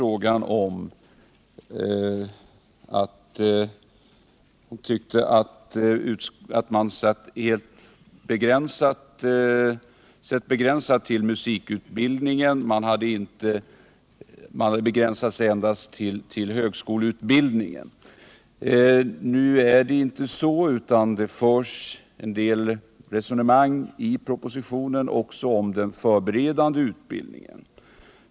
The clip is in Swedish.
Eva Hjelmström tyckte att utskottet sett mycket begränsat på musikutbildningen genom att begränsa sig till högskoleutbildningen. Nu är det emellertid inte så, utan det förs också en del resonemang om den förberedande utbildningen.